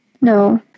no